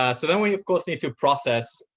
ah so then we of course need to process